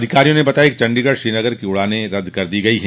अधिकारियों ने बताया कि चंडीगढ़ श्रीनगर की उड़ाने रद्द कर दी गई हैं